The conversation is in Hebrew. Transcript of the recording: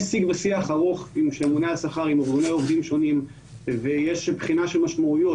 יש שיג ושיח ארוך עם ארגוני עובדים שונים ויש בחינה של משמעויות,